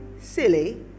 silly